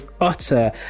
utter